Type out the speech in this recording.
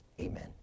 Amen